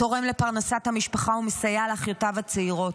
תורם לפרנסת המשפחה ומסייע לאחיותיו הצעירות,